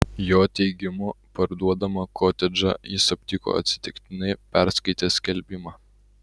jo teigimu parduodamą kotedžą jis aptiko atsitiktinai perskaitęs skelbimą